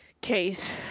case